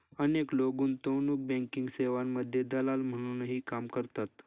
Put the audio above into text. अनेक लोक गुंतवणूक बँकिंग सेवांमध्ये दलाल म्हणूनही काम करतात